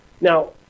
Now